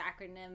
acronym